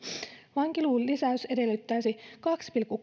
vankiluvun lisäys edellyttäisi kahden pilkku